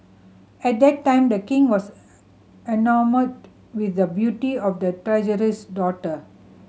at that time The King was enamoured with the beauty of the treasurer's daughter